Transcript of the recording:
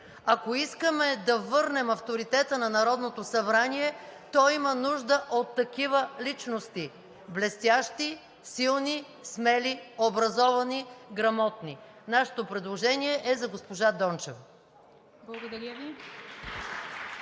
Ако искаме да върнем авторитета на Народното събрание, то има нужда от такива личности – блестящи, силни, смели, образовани, грамотни. Нашето предложение е за госпожа Дончева. (Ръкопляскания